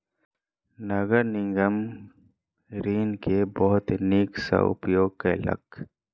नगर निगम ऋण के बहुत नीक सॅ उपयोग केलक